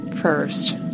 first